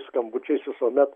skambučius visuomet